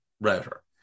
router